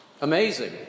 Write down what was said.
Amazing